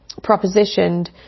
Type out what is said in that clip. propositioned